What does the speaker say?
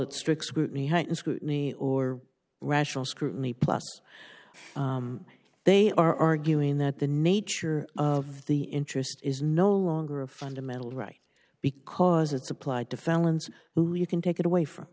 it strict scrutiny heightened scrutiny or rational scrutiny plus they are arguing that the nature of the interest is no longer a fundamental right because it's applied to felons who you can take it away from